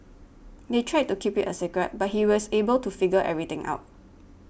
they tried to keep it a secret but he was able to figure everything out